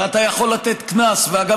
ואתה יכול לתת קנס אגב,